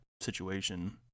situation